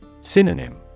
Synonym